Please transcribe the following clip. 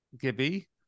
gibby